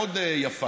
לך,